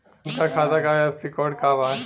उनका खाता का आई.एफ.एस.सी कोड का बा?